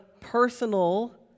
personal